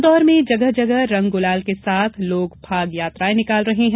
इन्दौर में जगह जगह रंग गुलाल के साथ लोग फाग यात्राएं निकाल रहे हैं